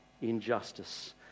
injustice